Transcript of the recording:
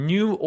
New